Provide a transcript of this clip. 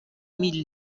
mille